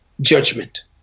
judgment